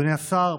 אדוני השר,